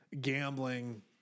gambling